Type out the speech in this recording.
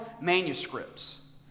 manuscripts